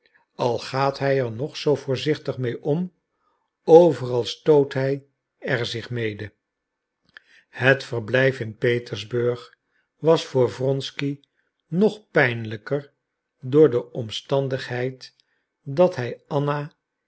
al gaat hij er nog zoo voorzichtig mee om overal stoot hij er zich mede het verblijf in petersburg was voor wronsky nog pijnlijker door de omstandigheid dat hij anna